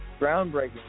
Groundbreaking